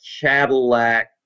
Cadillac